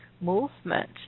movement